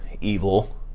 evil